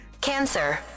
Cancer